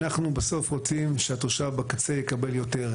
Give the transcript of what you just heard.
אנחנו בסוף רוצים שהתושב בקצה יקבל יותר.